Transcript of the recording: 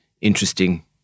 interesting